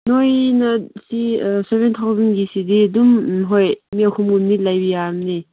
ꯅꯣꯏꯅ ꯁꯤ ꯁꯕꯦꯟ ꯊꯥꯎꯖꯟꯒꯤꯁꯤꯗꯤ ꯑꯗꯨꯝ ꯅꯈꯣꯏ ꯃꯤ ꯑꯍꯨꯝꯒꯨꯝꯕꯗꯤ ꯂꯩꯕ ꯌꯥꯔꯅꯤ